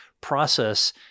process